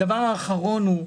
הדבר האחרון הוא,